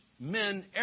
men